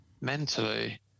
Mentally